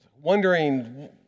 wondering